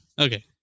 Okay